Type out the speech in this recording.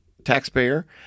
taxpayer